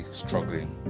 struggling